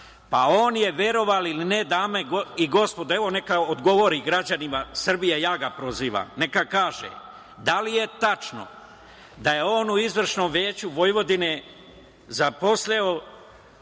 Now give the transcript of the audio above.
On je verovali ili ne dame i gospodo, evo neka odgovori građanima Srbije, ja ga prozivam, neka kaže da li je tačno da je on i u Izvršnom veću Vojvodine zaposlio